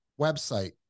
website